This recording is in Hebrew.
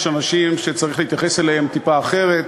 אנשים שצריך להתייחס אליהם טיפה אחרת,